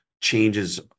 changes